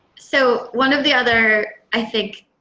so one of the other, i think,